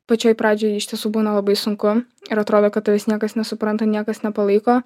pačioj pradžioj iš tiesų būna labai sunku ir atrodo kad tavęs niekas nesupranta niekas nepalaiko